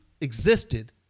existed